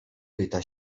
pyta